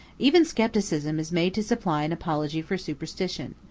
even scepticism is made to supply an apology for superstition.